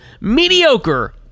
Mediocre